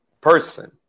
person